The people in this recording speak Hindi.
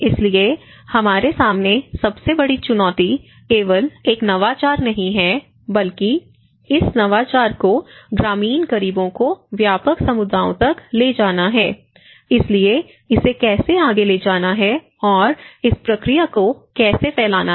इसलिए हमारे सामने सबसे बड़ी चुनौती केवल एक नवाचार नहीं है बल्कि इस नवाचार को ग्रामीण गरीबों को व्यापक समुदायों तक ले जाना है इसलिए इसे कैसे आगे ले जाना है और इस प्रक्रिया को कैसे फैलाना है